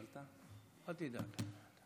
בבקשה, אדוני.